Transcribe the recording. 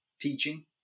teaching